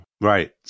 Right